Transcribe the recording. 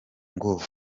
ngo